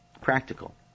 Practical